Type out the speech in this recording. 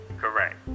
Correct